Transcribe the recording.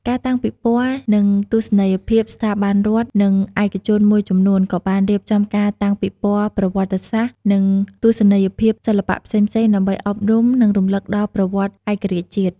ការតាំងពិព័រណ៍ និងទស្សនីយភាព ស្ថាប័នរដ្ឋ និងឯកជនមួយចំនួនក៏បានរៀបចំការតាំងពិព័រណ៍ប្រវត្តិសាស្ត្រ និងទស្សនីយភាពសិល្បៈផ្សេងៗ ដើម្បីអប់រំ និងរំលឹកដល់ប្រវត្តិឯករាជ្យជាតិ។